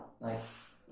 nice